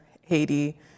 Haiti